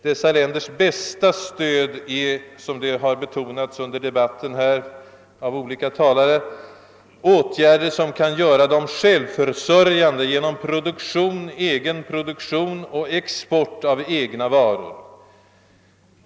Dessa länders bästa stöd är, såsom betonats under debatten här av olika talare, åtgärder som kan göra dem självförsörjande genom produktion och export av egna varor.